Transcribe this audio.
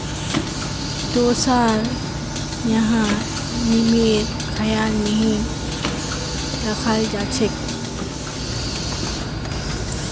तोसार यहाँ नियमेर ख्याल नहीं रखाल जा छेक